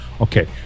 Okay